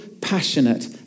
passionate